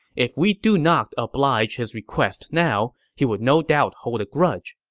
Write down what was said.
if we do not oblige his request now, he would no doubt hold a grudge.